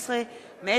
שאול מופז, זאב